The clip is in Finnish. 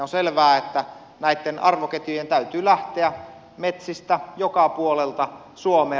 on selvää että näitten arvoketjujen täytyy lähteä metsistä joka puolelta suomea